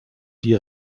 die